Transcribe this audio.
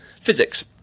physics